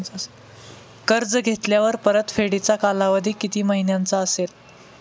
कर्ज घेतल्यावर परतफेडीचा कालावधी किती महिन्यांचा असेल?